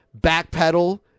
Backpedal